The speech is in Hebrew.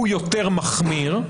הוא יותר מחמיר.